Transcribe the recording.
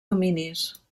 dominis